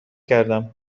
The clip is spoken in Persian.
کردم